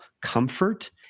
comfort